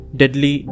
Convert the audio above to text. deadly